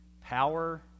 Power